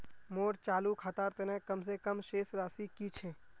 मोर चालू खातार तने कम से कम शेष राशि कि छे?